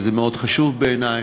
וזה מאוד חשוב בעיני,